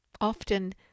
often